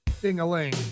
ding-a-ling